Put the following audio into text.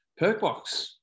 Perkbox